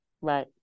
Right